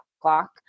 o'clock